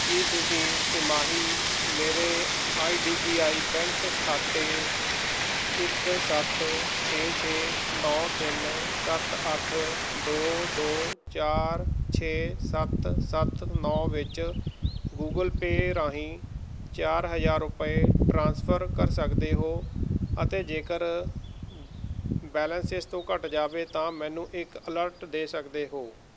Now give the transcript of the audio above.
ਕੀ ਤੁਸੀਂ ਤਿਮਾਹੀ ਮੇਰੇ I D B I bank ਖਾਤੇ ਇੱਕ ਸੱਤ ਛੇ ਛੇ ਨੌਂ ਤਿੰਨ ਸੱਤ ਅੱਠ ਦੋ ਦੋ ਚਾਰ ਛੇ ਸੱਤ ਸੱਤ ਨੌਂ ਵਿੱਚ ਗੂਗਲ ਪੇ ਰਾਹੀਂ ਚਾਰ ਹਜ਼ਾਰ ਰੁਪਏ ਟ੍ਰਾਂਸਫਰ ਕਰ ਸਕਦੇ ਹੋ ਅਤੇ ਜੇਕਰ ਬੈਲੇਂਸ ਇਸ ਤੋਂ ਘੱਟ ਜਾਵੇ ਤਾਂ ਮੈਨੂੰ ਇੱਕ ਅਲਰਟ ਦੇ ਸਕਦੇ ਹੋ